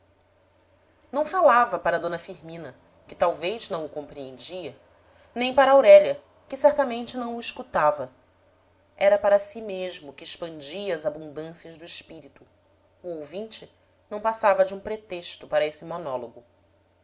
não falava para d firmina que talvez não o compreendia nem para aurélia que certamente não o escutava era para si mesmo que expandia as abundâncias do espírito o ouvinte não passava de um pretexto para esse monólogo